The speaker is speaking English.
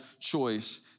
choice